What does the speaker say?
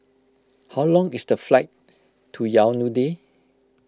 how long is the flight to Yaounde